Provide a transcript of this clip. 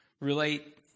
Relate